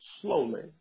slowly